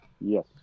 yes